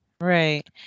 right